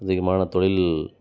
அதிகமான தொழில்